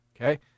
Okay